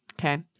Okay